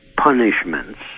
punishments